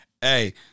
Hey